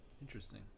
Interesting